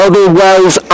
Otherwise